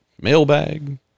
mailbag